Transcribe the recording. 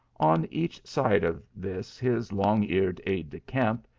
on each side of this his long-eared aid-de-camp,